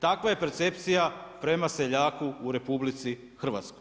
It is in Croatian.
Takva je percepcija prema seljaku u RH.